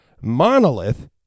monolith